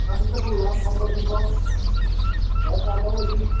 কাপোৰ চাকোৰ লম কম্বল চম্বল অলপ ঠাণ্ডাও আইছি